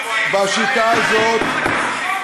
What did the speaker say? ככה הקימו את הקיבוצים.